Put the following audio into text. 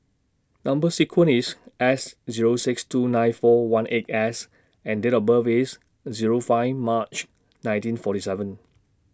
Number sequence IS S Zero six two nine four one eight S and Date of birth IS Zero five March nineteen forty seven